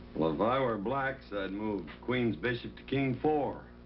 well, if i were blacks, i'd move queen's bishop to king four.